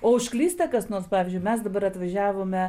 o užklysta kas nors pavyzdžiui mes dabar atvažiavome